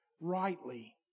Rightly